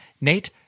Nate